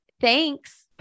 Thanks